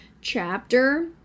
chapter